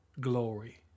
glory